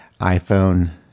iPhone